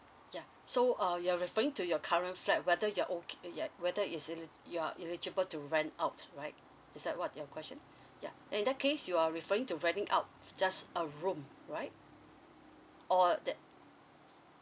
ya so err you're referring to your current flat whether you're okay ya whether is eli~ you are eligible to rent out right is that what your question ya in that case you are referring to renting out just a room right or that